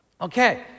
Okay